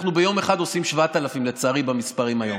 אנחנו ביום אחד עושים 7,000, לצערי, במספרים היום.